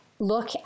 look